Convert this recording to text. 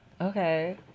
Okay